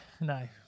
No